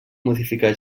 modificar